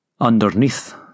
Underneath